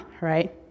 right